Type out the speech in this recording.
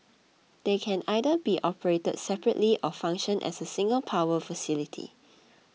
they can either be operated separately or function as a single power facility